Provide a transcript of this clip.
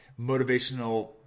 motivational